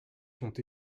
sont